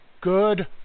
good